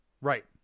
Right